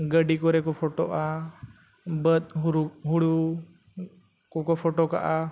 ᱜᱟᱹᱰᱤ ᱠᱚᱨᱮ ᱠᱚ ᱯᱷᱳᱴᱳᱜᱼᱟ ᱵᱟᱹᱫᱽ ᱦᱩᱲᱩ ᱠᱚᱠᱚ ᱯᱷᱳᱴᱳ ᱠᱟᱜᱼᱟ